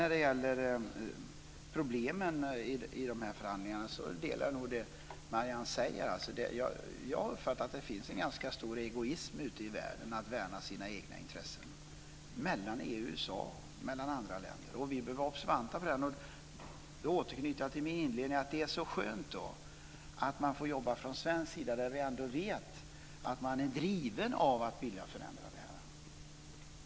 När det gäller problemen i dessa förhandlingar instämmer jag i det som Marianne Andersson säger. Jag har uppfattat att det finns en stor egoism ute i världen - mellan EU och USA och mellan andra länder - som går ut på att värna sina egna intressen. Vi bör vara observanta här. Därför är det skönt att man får jobba från Sverige, eftersom man drivs av en vilja att förändra.